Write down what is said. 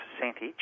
percentage